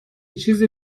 چیز